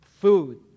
food